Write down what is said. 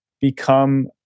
become